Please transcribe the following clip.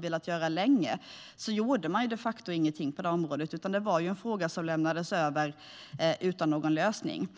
velat göra detta länge gjorde man de facto ingenting på det området, utan det var ju en fråga som lämnades över utan någon lösning.